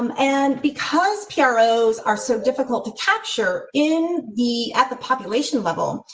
um and because heroes are so difficult to capture in the, at the population level,